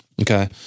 Okay